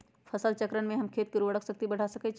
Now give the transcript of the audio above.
फसल चक्रण से हम खेत के उर्वरक शक्ति बढ़ा सकैछि?